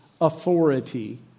authority